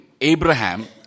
Abraham